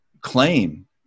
claim